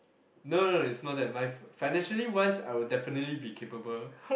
no no no it's not that my financially wise I will definitely be capable